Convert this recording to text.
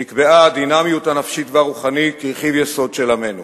נקבעה הדינמיות הנפשית והרוחנית כרכיב יסוד של עמנו.